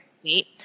date